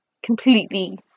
completely